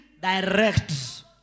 direct